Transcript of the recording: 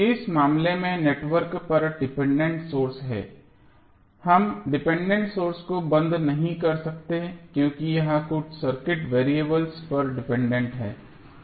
इस मामले में नेटवर्क पर डिपेंडेंट सोर्स हैं हम डिपेंडेंट सोर्स को बंद नहीं कर सकते क्योंकि यह कुछ सर्किट वेरिएबल पर डिपेंडेंट है